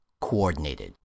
Coordinated